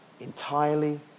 entirely